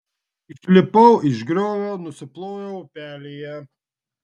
išlipau iš griovio nusiploviau upelyje